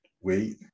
wait